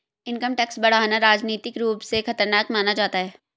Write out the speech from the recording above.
income tax बढ़ाना राजनीतिक रूप से खतरनाक माना जाता है